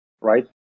Right